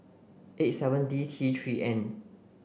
eight seven D T three N